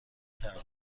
کرده